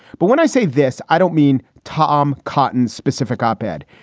but when i say this, i don't mean tom cotton specific op ed,